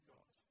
God